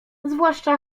zwłaszcza